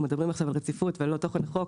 אנחנו מדברים עכשיו על רציפות ולא על תוכן החוק,